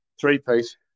Three-piece